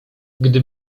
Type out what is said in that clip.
gdy